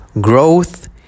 Growth